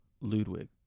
Ludwig